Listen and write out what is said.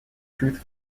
truth